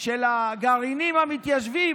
של הגרעינים המתיישבים,